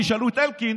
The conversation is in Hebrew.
תשאלו את אלקין,